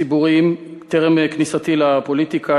הציבוריים טרם כניסתי לפוליטיקה,